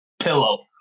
pillow